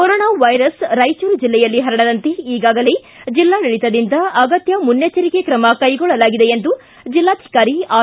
corona virus Raichur ಜಿಲ್ಲೆಯಲ್ಲಿ ಹರಡದಂತೆ ಈಗಾಗಲೇ ಜಿಲ್ಲಾಡಳಿತದಿಂದ ಅಗತ್ಯ ಮುನ್ನೆಚ್ಚರಿಕೆ ತ್ರಮ ಕೈಗೊಳ್ಳಲಾಗಿದೆ ಎಂದು ಜಿಲ್ಲಾಧಿಕಾರಿ ಆರ್